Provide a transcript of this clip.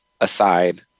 aside